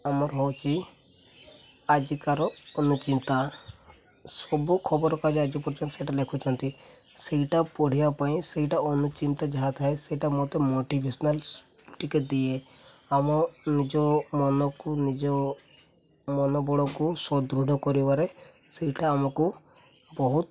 ଆମର ହେଉଛି ଆଜିକାର ଅନୁଚିନ୍ତା ସବୁ ଖବରକାଗଜ ଆଜି ପର୍ଯ୍ୟନ୍ତ ସେଟା ଲେଖୁଛନ୍ତି ସେଇଟା ପଢ଼ିବା ପାଇଁ ସେଇଟା ଅନୁଚିନ୍ତା ଯାହା ଥାଏ ସେଇଟା ମୋତେ ମୋଟିଭେସନାଲ୍ ଟିକେ ଦିଏ ଆମ ନିଜ ମନକୁ ନିଜ ମନୋବଳକୁ ସଦୃଢ଼ କରିବାରେ ସେଇଟା ଆମକୁ ବହୁତ